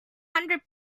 hundred